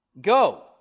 Go